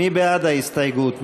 מי בעד ההסתייגות?